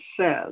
says